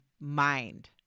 mind